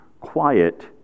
quiet